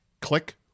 Click